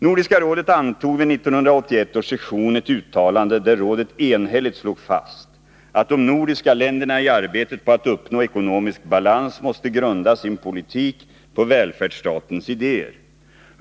Nordiska rådet antog vid 1981 års session ett uttalande där rådet enhälligt slog fast att de nordiska länderna i arbetet på att uppnå ekonomisk balans måste grunda sin politik på välfärdsstatens idéer.